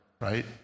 right